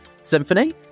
symphony